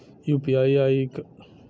UPI क पैसा खाता से कटी?